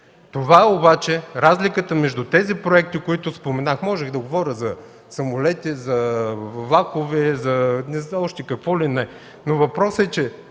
медии. Разликата между тези проекти, които споменах – можех да говоря за самолети, за влакове, за още какво ли не, но въпросът е, че